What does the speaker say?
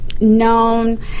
known